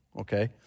okay